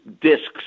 discs